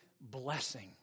blessing